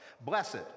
blessed